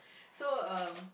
um